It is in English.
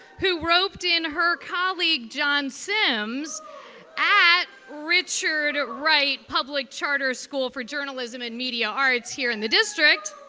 who roped in her colleague john simms at richard wright public charter school for journalism and media arts here in the district.